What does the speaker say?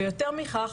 ויותר מכך,